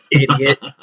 Idiot